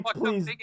please